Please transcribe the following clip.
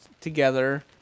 together